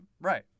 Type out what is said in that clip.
Right